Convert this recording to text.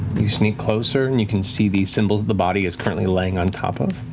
you sneak closer, and you can see these symbols the body is currently laying on top of.